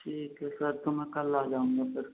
ठीक है सर तो मैं कल आ जाऊंगा सर